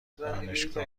دانشگاه